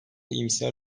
iyimser